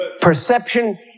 Perception